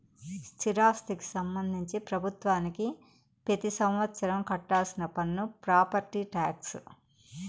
స్థిరాస్తికి సంబంధించి ప్రభుత్వానికి పెతి సంవత్సరం కట్టాల్సిన పన్ను ప్రాపర్టీ టాక్స్